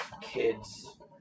kids